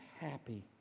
happy